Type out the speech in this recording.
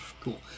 cool